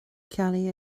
ceallaigh